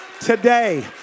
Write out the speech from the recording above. today